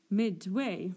midway